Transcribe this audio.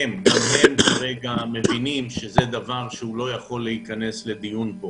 גם הם כרגע מבינים שהנושא הזה לא לדיון.